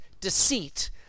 deceit